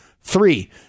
Three